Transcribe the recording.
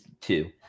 two